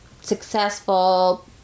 successful